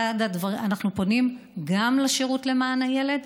אנחנו פונים גם לשירות למען הילד,